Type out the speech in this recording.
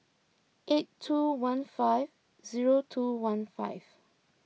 eight two one five zero two one five